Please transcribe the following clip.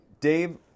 Dave